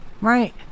Right